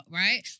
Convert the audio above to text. right